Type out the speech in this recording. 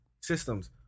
systems